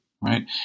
right